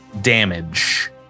damage